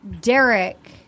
Derek